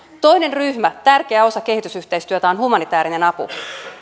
toinen ryhmä tärkeä osa kehitysyhteistyötä on humanitäärinen apu